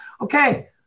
Okay